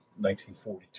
1942